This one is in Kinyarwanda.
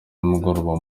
nimugoroba